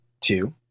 two